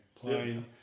playing